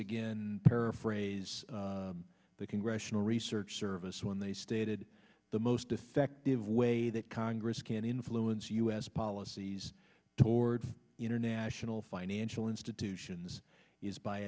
again paraphrase the congressional research service when they stated the most effective way that congress can influence u s policies toward international financial institutions is by